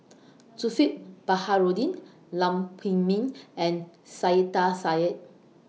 Zulkifli Baharudin Lam Pin Min and Saiedah Said